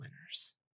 winners